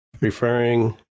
referring